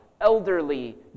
elderly